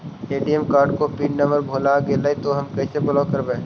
ATM card को PIN number भुला गैले तौ हम कैसे ब्लॉक करवै?